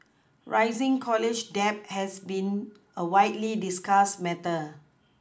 rising college debt has been a widely discussed matter